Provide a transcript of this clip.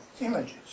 images